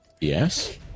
Yes